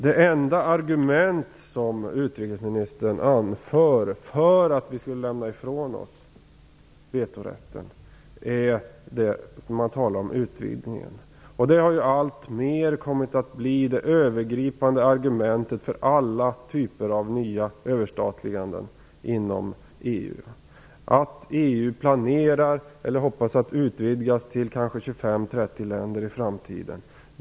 Den enda argument som utrikesministern anför för att vi skall lämna ifrån oss vetorätten är utvidgningen. Det har alltmer kommit att bli det övergripande argumentet för alla typer av ny överstatlighet inom EU, dvs. att EU planerar eller hoppas att utvidgas till kanske 25-30 länder i framtiden.